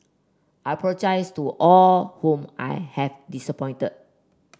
I apologise to all whom I have disappointed